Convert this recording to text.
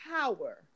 power